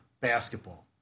basketball